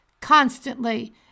constantly